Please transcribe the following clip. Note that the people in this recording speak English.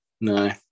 No